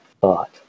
thought